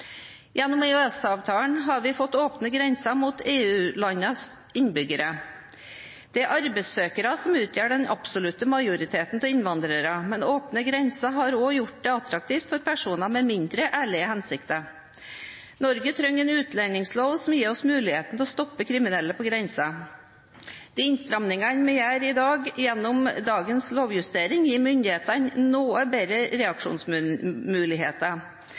Gjennom EØS-avtalen har vi fått åpne grenser mot EU-landenes innbyggere. Det er arbeidssøkende som utgjør den absolutte majoriteten av innvandrere, men åpne grenser har også gjort det attraktivt for personer med mindre ærlige hensikter. Norge trenger en utlendingslov som gir oss muligheten til å stoppe kriminelle på grensen. De innstrammingene vi gjør i dag gjennom dagens lovjustering, gir myndighetene noe bedre reaksjonsmuligheter.